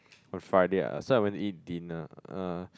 on Friday ah so I went to eat dinner uh